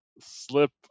slip